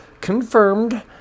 Confirmed